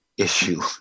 issue